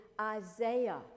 Isaiah